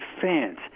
fans